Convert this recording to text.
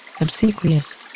Obsequious